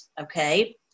Okay